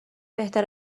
بهتر